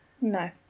no